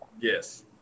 Yes